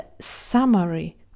summary